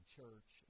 church